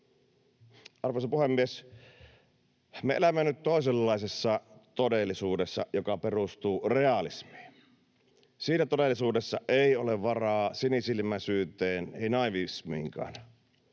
Arvoisa puhemies! Me elämme nyt toisenlaisessa todellisuudessa, joka perustuu realismiin. Siinä todellisuudessa ei ole varaa sinisilmäisyyteen, ei naivismiinkaan.